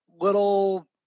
little